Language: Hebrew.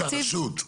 מתאפס לרשות.